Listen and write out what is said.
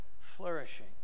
flourishing